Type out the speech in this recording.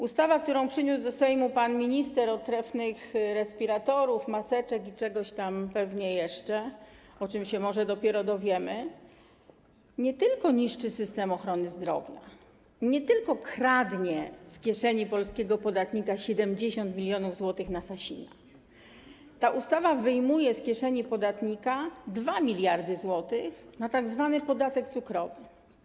Ustawa, którą przyniósł do Sejmu pan minister od trefnych respiratorów, maseczek i czegoś tam pewnie jeszcze, o czym się może dopiero dowiemy, nie tylko niszczy system ochrony zdrowia, nie tylko kradnie z kieszeni polskiego podatnika 70 mln zł na działania Sasina, lecz także wyjmuje z kieszeni podatników 2 mld zł na tzw. podatek cukrowy.